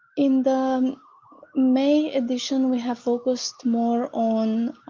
in the may edition we have focused more on